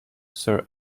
sir